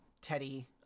Teddy